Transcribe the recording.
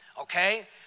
okay